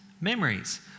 memories